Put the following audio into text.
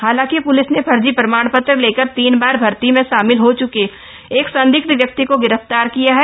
हालांकि पुलिस ने फर्जी प्रमाणपत्र लेकर तीन बार भर्ती में शामिल हो चुके एक संदिग्ध व्यक्ति को गिरफ्तार किया है